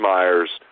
Myers